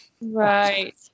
Right